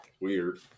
Weird